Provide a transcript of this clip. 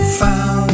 found